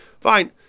fine